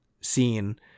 scene